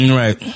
right